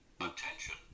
Attention